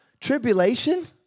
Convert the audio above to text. tribulation